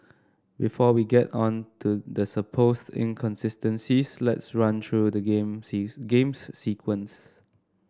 before we get on to the supposed inconsistencies let's run through the game sees game's sequence